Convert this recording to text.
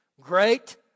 Great